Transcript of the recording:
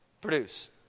produce